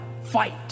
fight